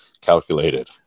calculated